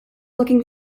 looking